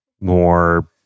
more